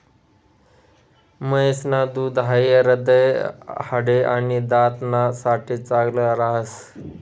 म्हैस न दूध हाई हृदय, हाडे, आणि दात ना साठे चांगल राहस